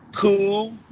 Cool